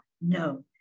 No